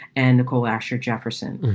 and nicole ashoor jefferson,